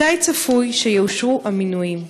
2. מתי צפוי שיאושרו המינויים?